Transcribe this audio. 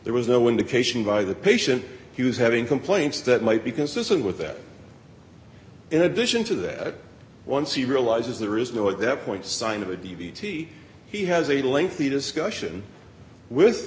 there was no indication by the patient he was having complaints that might be consistent with that in addition to that once he realizes there is no at that point sign of a d v d he has a lengthy discussion with